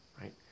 right